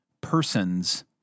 persons